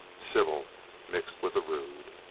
civil mixed with the rude.